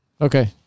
Okay